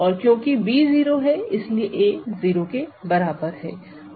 और क्योंकि b 0 इसलिए a 0 के बराबर है